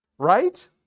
Right